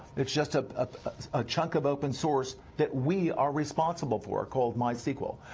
it's just ah ah a chunk of open source that we are responsible for called my sequel.